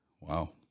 wow